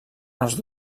els